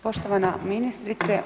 Poštovana ministrice.